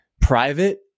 private